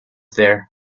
there